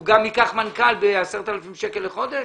הוא גם ייקח מנכ"ל וישלם לו 10,000 שקלים בחודש?